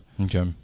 Okay